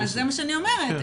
ואני שמעתי את הדיון בוועדה.